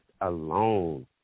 alone